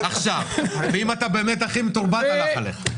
אם אתה באמת הכי מתורבת, הלך עליך.